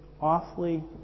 awfully